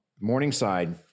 Morningside